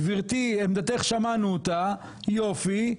גברתי עמדתך שמענו אותה יופי,